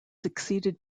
succeeded